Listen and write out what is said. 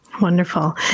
Wonderful